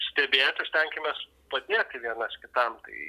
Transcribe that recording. stebėt ir stenkimės padėti vienas kitam tai